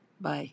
Bye